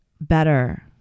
better